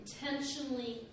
intentionally